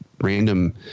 random